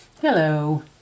Hello